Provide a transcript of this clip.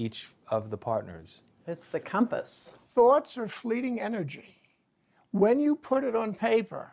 each of the partners it's the compass thoughts are fleeting energy when you put it on paper